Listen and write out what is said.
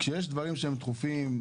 כשיש דברים שהם דחופים,